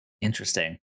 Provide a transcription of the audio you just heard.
Interesting